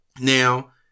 Now